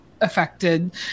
affected